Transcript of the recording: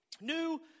New